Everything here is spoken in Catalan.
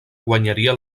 guanyaria